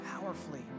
powerfully